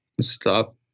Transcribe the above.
Stop